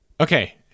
Okay